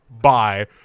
Bye